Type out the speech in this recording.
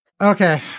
Okay